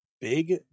Big